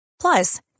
Plus